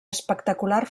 espectacular